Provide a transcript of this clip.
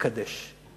יתקדש";